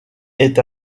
est